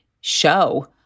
show